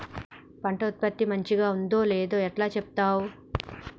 పంట ఉత్పత్తి మంచిగుందో లేదో ఎట్లా చెప్తవ్?